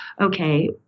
okay